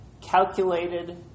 calculated